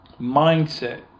mindset